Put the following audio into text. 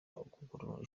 kugorora